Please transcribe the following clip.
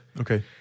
Okay